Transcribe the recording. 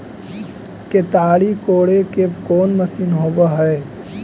केताड़ी कोड़े के कोन मशीन होब हइ?